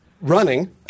Running